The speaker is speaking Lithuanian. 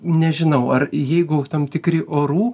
nežinau ar jeigu tam tikri orų